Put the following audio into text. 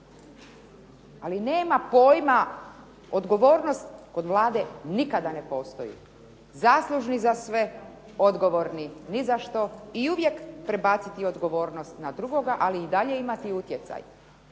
Ali nema pojma odgovornost kod Vlade nikada ne postoji, zaslužni za sve, ali odgovorni ni za što, prebaciti odgovornost na drugoga ali i dalje imati utjecaj